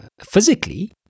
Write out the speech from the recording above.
Physically